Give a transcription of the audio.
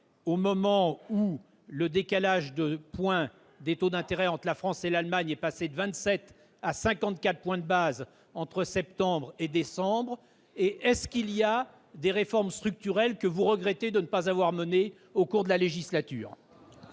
au moment où le décalage des taux entre la France et l'Allemagne est passé de 27 points à 54 points de base entre les mois de septembre et de décembre ? Y a-t-il des réformes structurelles que vous regrettez de ne pas avoir menées au cours de la législature ?